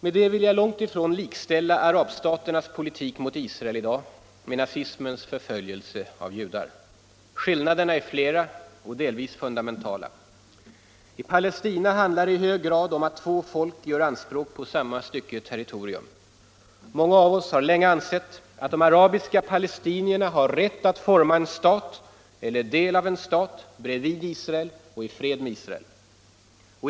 Med det vill jag långt ifrån likställa arabstaternas politik mot Israel i dag med nazismens förföljelse av judar. Skillnaderna är flera och delvis fundamentala. I Palestina handlar det i hög grad om att två folk gör anspråk på samma stycke territorium. Många av oss har länge ansett att de arabiska palestinierna har rätt att forma en stat, eller del av en stat, bredvid Israel och i fred med Israel.